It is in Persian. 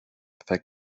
فکر